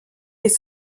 les